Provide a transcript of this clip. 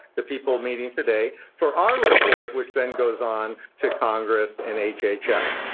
the people meeting today, for our report, which then goes on to congress and hhs.